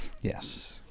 Yes